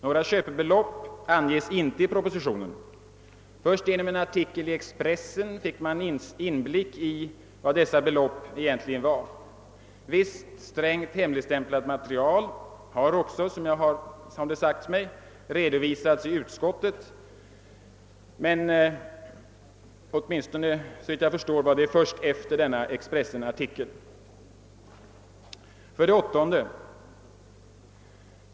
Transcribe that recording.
Några köpebelopp anges inte i propositionen. Först genom en artikel i Expressen fick man en inblick i vad detta belopp egentligen innebar. Visst hemligstämplat material har också, efter vad som sagts mig, redovisats i utskottet men såvitt jag förstår skedde detta först efter Expressenartikeln. 8.